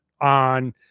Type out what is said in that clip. on